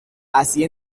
así